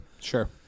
Sure